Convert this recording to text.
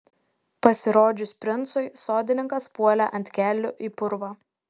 pasirodžius princui sodininkas puolė ant kelių į purvą